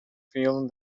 feel